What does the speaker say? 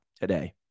today